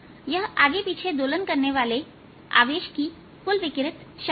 यह आगे पीछे दोलन करने वाले आवेश की कुल विकिरित शक्ति है